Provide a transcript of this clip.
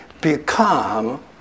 become